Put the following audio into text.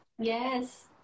Yes